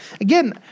Again